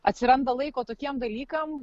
atsiranda laiko tokiem dalykam